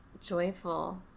joyful